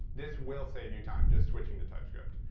this will save you time just switching to typescript.